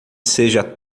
seja